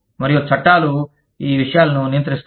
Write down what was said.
మరియు చట్టాలు ఈ విషయాలను నియంత్రిస్తాయి